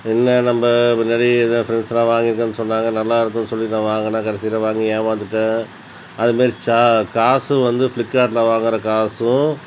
என்ன நம்ம மின்னாடி இதை ஃப்ரெண்ட்ஸ்லாம் வாங்கியிருக்கேன் சொன்னாங்க நல்லாருக்குன்னு சொல்லி நான் வாங்குனா கடைசில வாங்கி ஏமாந்துட்டேன் அதுமாரி காசு வந்து ஃப்லிப்கார்ட்டில் வாங்கிற காசும்